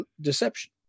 deception